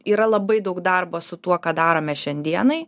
yra labai daug darbo su tuo ką darome šiandienai